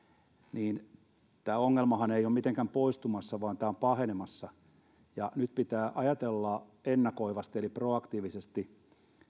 niin tämä ongelmahan ei ole mitenkään poistumassa vaan tämä on pahenemassa nyt pitää ajatella ennakoivasti eli proaktiivisesti